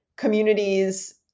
communities